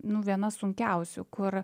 nu viena sunkiausių kur